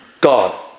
God